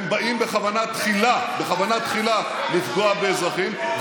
הם באים בכוונה תחילה לפגוע באזרחים.